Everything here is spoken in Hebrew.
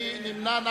מי נמנע?